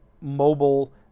mobile